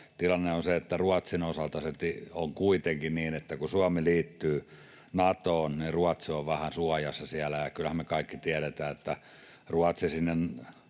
tilanne on se, että Ruotsin osalta on kuitenkin niin, että kun Suomi liittyy Natoon, niin Ruotsi on vähän suojassa siellä, ja kyllähän me kaikki tiedetään, että Ruotsi tulee